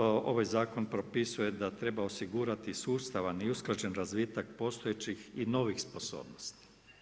ovaj zakon propisuje da treba osigurati sustavan i usklađen razvitak postojećih i novih sposobnosti.